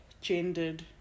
gendered